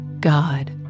God